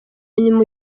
nyuma